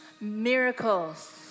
miracles